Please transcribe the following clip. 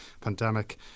pandemic